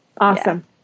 Awesome